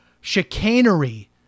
chicanery